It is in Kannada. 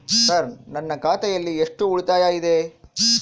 ಸರ್ ನನ್ನ ಖಾತೆಯಲ್ಲಿ ಎಷ್ಟು ಉಳಿತಾಯ ಇದೆ?